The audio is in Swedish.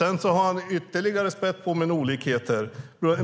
Han har ytterligare spätt på med olikheter.